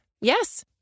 Yes